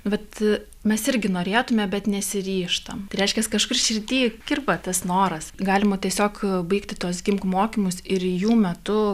bet mes irgi norėtume bet nesiryžtam tai reiškias kažkur širdy kirba tas noras galima tiesiog baigti tuos gimk mokymus ir jų metu